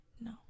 No